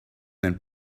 than